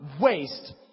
waste